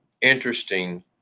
interesting